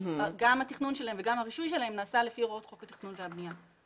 גם התכנון שלהן וגם הרישוי שלהן נעשה לפי הוראות חוק התכנון והבנייה.